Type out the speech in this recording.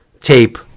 tape